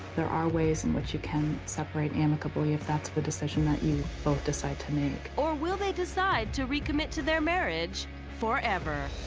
there are ways in which you can separate amicably if that's the decision that you both decide to make. narrator. or will they decide to recommit to their marriage forever?